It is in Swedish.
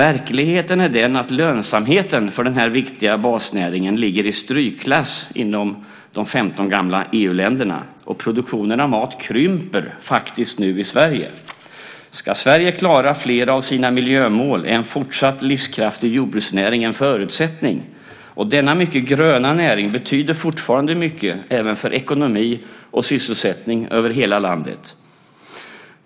Verkligheten är den att lönsamheten för den här viktiga basnäringen ligger i strykklass inom de 15 gamla EU-länderna. Produktionen av mat krymper faktiskt nu i Sverige. Ska Sverige klara flera av sina miljömål är en fortsatt livskraftig jordbruksnäring en förutsättning. Denna mycket gröna näring betyder fortfarande mycket även för ekonomi och sysselsättning över hela landet.